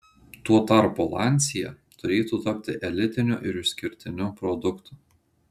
tuo tarpu lancia turėtų tapti elitiniu ir išskirtiniu produktu